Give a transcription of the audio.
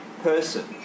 person